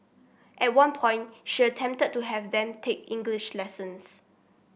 at one point she attempted to have them take English lessons